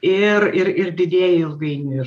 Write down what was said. ir ir ir didėja ilgainiui ir